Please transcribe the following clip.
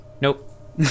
nope